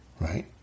Right